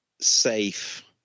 safe